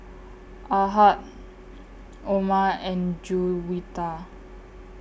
Ahad Omar and Juwita